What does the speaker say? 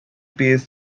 pays